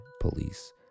Police